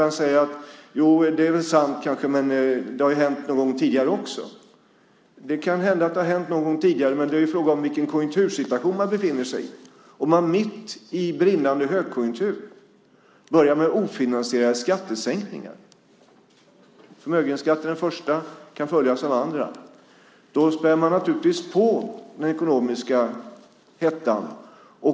Han säger: Det är väl kanske sant, men det har också hänt någon gång tidigare. Det kan hända att det har hänt någon gång tidigare. Men det är fråga om i vilken konjunktursituation man befinner sig i. Om man mitt i brinnande högkonjunktur börjar med ofinansierade skattesänkningar - avskaffandet av förmögenhetsskatten är den första, och den kan följas av andra - spär man på den ekonomiska hettan.